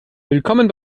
willkommen